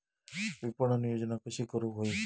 विपणन योजना कशी करुक होई?